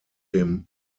dem